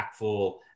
impactful